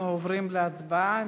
אנחנו עוברים להצבעה.